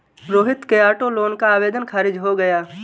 रोहित के auto loan का आवेदन खारिज हो गया